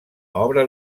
obra